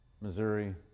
Missouri